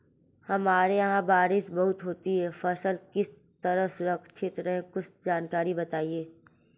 हमारे यहाँ बारिश बहुत होती है फसल किस तरह सुरक्षित रहे कुछ जानकारी बताएं?